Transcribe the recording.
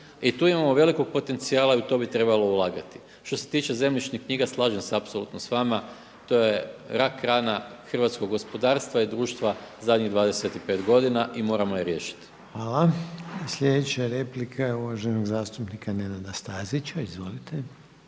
I tu imalo velikog potencijala i u to bi trebalo ulagati. Što se tiče zemljišnih knjiga slažem se apsolutno s vama. To je rak rana hrvatskog gospodarstva i društva zadnjih 25 godina i moramo je riješiti. **Reiner, Željko (HDZ)** Hvala. Slijedeća replika je uvaženog zastupnika Nenada Stazića. Izvolite.